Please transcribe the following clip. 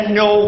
no